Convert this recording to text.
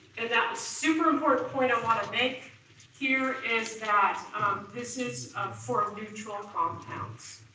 and that super important point i wanna make here is that this is for neutral compounds.